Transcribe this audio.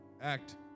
act